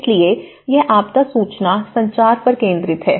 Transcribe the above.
इसलिए यह आपदा सूचना संचार पर केंद्रित है